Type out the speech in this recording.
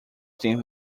stint